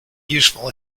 useful